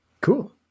Cool